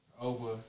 over